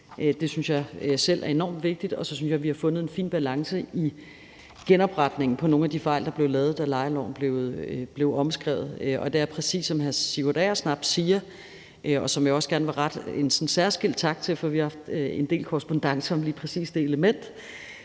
Det synes jeg selv er enormt vigtigt, og så synes jeg, at vi har fundet en fin balance i genopretningen af nogle af de fejl, der blev lavet, da lejeloven blev omskrevet. Som hr. Sigurd Agersnap siger – og ham vil jeg også gerne rette en særskilt tak til, fordi vi har haft en del korrespondance om lige præcis det element